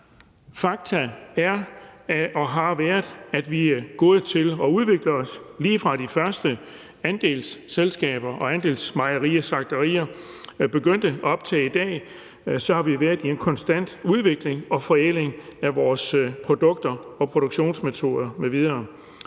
har været, at vi er gode til at udvikle os. Lige fra de første andelsselskaber og andelsmejerier og -slagterier begyndte og op til i dag, har vi været i en konstant udvikling og forædling af vores produkter og produktionsmetoder m.v.